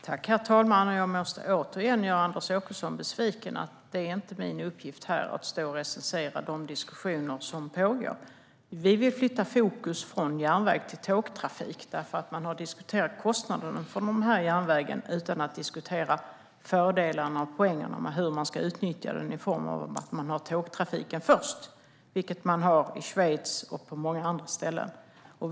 Herr talman! Jag måste återigen göra Anders Åkesson besviken. Det är inte min uppgift att här recensera de diskussioner som pågår. Vi vill flytta fokus från järnväg till tågtrafik, för man har diskuterat kostnaderna för järnvägen utan att först diskutera fördelarna och poängerna med tågtrafiken. Det har man gjort i Schweiz och på många andra ställen.